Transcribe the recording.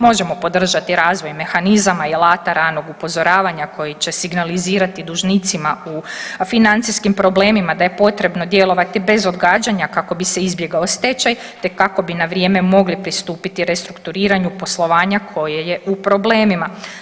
Možemo podržati razvoj mehanizama i alata ranog upozoravanja koji će signalizirati dužnicima u financijskim problemima da je potrebno djelovati bez odgađanja kako bi se izbjegao stečaj, te kako bi na vrijeme mogli pristupiti restrukturiranju poslovanja koje je u problemima.